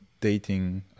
dating